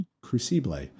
Crucible